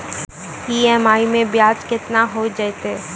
EMI मैं ब्याज केतना हो जयतै?